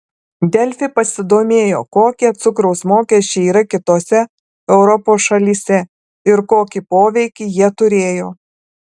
delfi pasidomėjo kokie cukraus mokesčiai yra kitose europos šalyse ir kokį poveikį jie turėjo